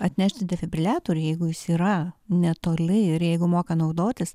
atnešti defibriliatorių jeigu jis yra netoli ir jeigu moka naudotis